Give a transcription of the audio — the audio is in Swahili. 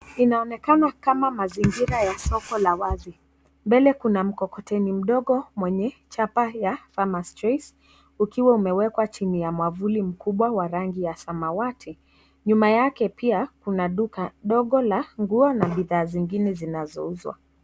Inaonekana kama mazingira ya soko la wazi. Mbele kuna mkokoteni mdogo mwenye chapa ya farmers choice ukiwa umewekwa chini ya mwavuli mkubwa wa rangi ya samawati. Nyuma yake pia kuna duka dogo la nguo na bidhaa zingine zinazouzwa.